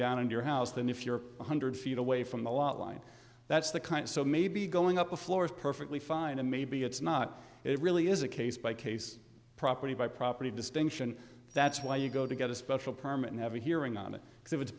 down in your house than if you're one hundred feet away from the lot line that's the kind so maybe going up a floor is perfectly fine and maybe it's not it really is a case by case property by property distinction that's why you go to get a special permit in every hearing on it because if it's